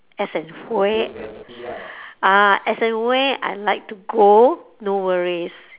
as and where ah as and where I like to go no worries